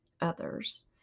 others